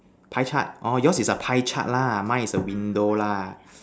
pie chart orh your's is a pie chart lah mine is a window lah